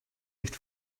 nicht